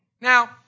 Now